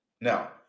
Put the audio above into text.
Now